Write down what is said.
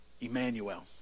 Emmanuel